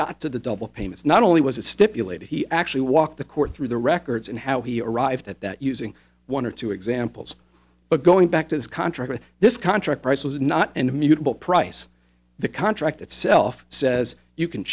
got to the double pane is not only was it stipulated he actually walked the court through the records and how he arrived at that using one or two examples but going back to his contract that this contract price was not an immutable price the contract itself says you can